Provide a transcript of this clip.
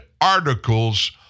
articles